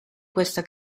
questa